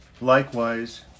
Likewise